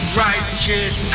righteous